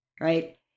right